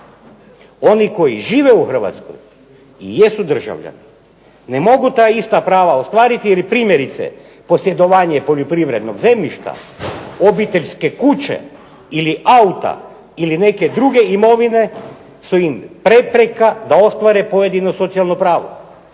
Oni koji žive u Hrvatskoj jesu državljani, ne mogu ta ista prava ostvariti, jer primjerice posjedovanje poljoprivrednog zemljišta, obiteljske kuće ili auta ili neke druge imovine su im prepreka da ostvare pojedino socijalno pravo.